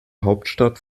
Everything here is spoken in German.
hauptstadt